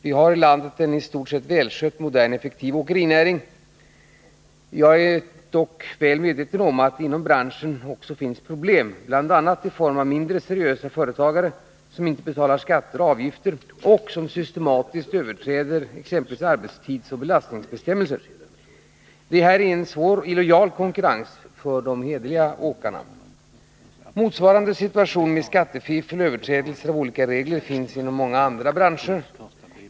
Vi har i landet en i stort sett välskött, modern och effektiv åkerinäring. Jag är emellertid väl medveten om att det inom branschen också finns problem, bl.a. i form av mindre seriösa företagare, som inte betalar skatter och avgifter och som systematiskt överträder exempelvis arbetstidsoch belastningsbestämmelserna. Detta innebär en svår, illojal konkurrens för de hederliga åkarna. Motsvarande situation med skattefiffel och överträdelser av olika regler finns inom många andra branscher.